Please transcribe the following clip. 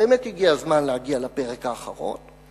באמת הגיע הזמן להגיע לפרק האחרון.